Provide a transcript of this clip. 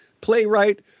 playwright